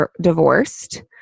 divorced